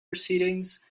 proceedings